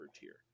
tier